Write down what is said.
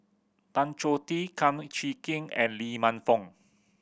Tan Choh Tee Kum Chee Kin and Lee Man Fong